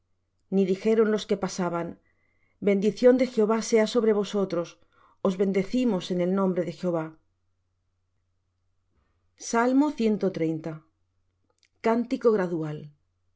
ni dijeron los que pasaban bendición de jehová sea sobre vosotros os bendecimos en el nombre de jehová